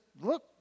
look